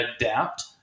adapt